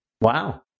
Wow